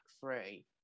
three